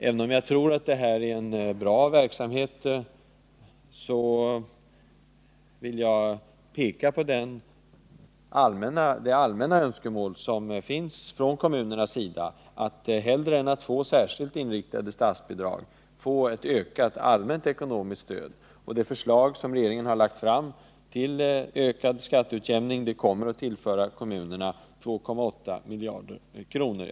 Även om jag tror att detta är en bra verksamhet, vill jag peka på det allmänna önskemål som finns hos kommunerna att hellre än särskilt inriktade statsbidrag få ett ökat allmänt ekonomiskt stöd. Det förslag som regeringen har lagt fram till ökad skatteutjämning kommer att tillföra kommunerna 2,8 miljarder kronor.